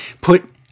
put